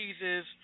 cheeses